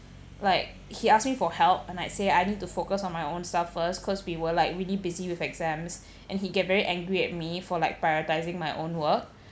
like he ask me for help and I'd say I need to focus on my own stuff first cause we were like really busy with exams and he get very angry at me for like prioritising my own work